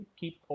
keep